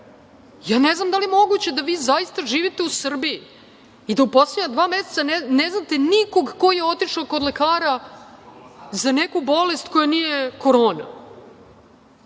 tema. Ne znam da li je moguće da vi zaista živite u Srbiji i da u poslednja dva meseca ne znate nikog ko je otišao kod lekara za neku bolest koja nije korona?